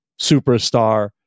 superstar